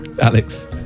Alex